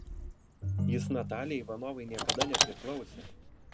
jis natalijai ivanovai niekada nepriklausė